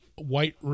white